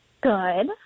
Good